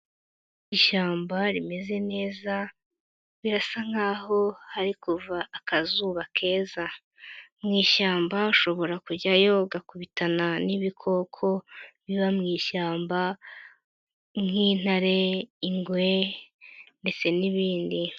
Ishyamba rimeze neza birasa nkaho hari kuva akazuba keza, mu ishyamba ushobora kujyayo ugakubitana n'ibikoko biba mu ishyamba nk'intare, ingwe ndetse n'ibindi.